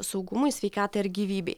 saugumui sveikatai ar gyvybei